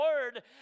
word